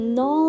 no